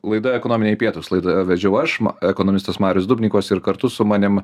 laida ekonominiai pietūs laidą vedžiau aš ma ekonomistas marius dubnikovas ir kartu su manim